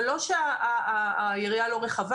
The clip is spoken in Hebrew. זה לא שהיריעה לא רחבה,